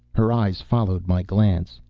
her eyes followed my glance.